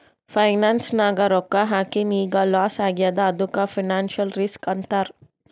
finance ನಾಗ್ ರೊಕ್ಕಾ ಹಾಕಿನ್ ಈಗ್ ಲಾಸ್ ಆಗ್ಯಾದ್ ಅದ್ದುಕ್ ಫೈನಾನ್ಸಿಯಲ್ ರಿಸ್ಕ್ ಅಂತಾರ್